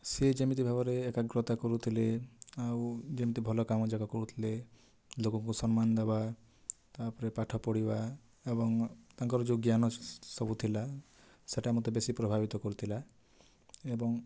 ସେ ଯେମିତି ଭାବରେ ଏକାଗ୍ରତା କରୁଥିଲେ ଆଉ ଯେମିତି ଭଲ କାମଯାକ କରୁଥିଲେ ଲୋକଙ୍କୁ ସମ୍ମାନ ଦେବା ତା'ପରେ ପାଠ ପଢ଼ିବା ଏବଂ ତାଙ୍କର ଯେଉଁ ଜ୍ଞାନ ସବୁ ଥିଲା ସେଇଟା ମୋତେ ବେଶୀ ପ୍ରଭାବିତ କରୁଥିଲା ଏବଂ